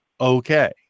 Okay